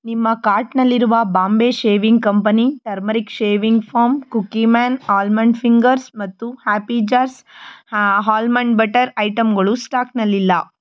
ನಿಮ್ಮ ಕಾರ್ಟ್ನಲ್ಲಿರುವ Bombay shaving company turmeric shaving foam cookie man almond fingers ಮತ್ತು ಹ್ಯಾಪಿ ಜರ್ಸ್ ಹಾಲ್ಮನ್ಡ್ ಬಟರ್ ಐಟಂಗಳು ಸ್ಟಾಕ್ನಲ್ಲಿಲ್ಲ